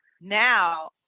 Now